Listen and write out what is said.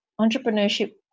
entrepreneurship